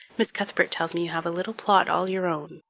miss cuthbert tells me you have a little plot all your own.